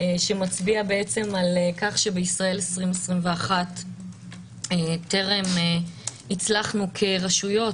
שמצביע על כך שבישראל 2021 טרם הצלחנו כרשויות,